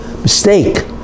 mistake